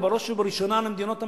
ובראש ובראשונה על המדינות המתונות,